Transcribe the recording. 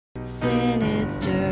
Sinister